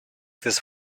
this